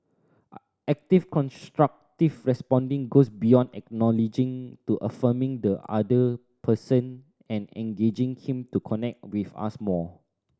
active constructive responding goes beyond acknowledging to affirming the other person and engaging him to connect with us more